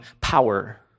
power